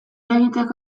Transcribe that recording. egiteko